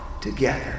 together